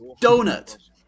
donut